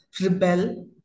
Rebel